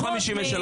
על עצמאים.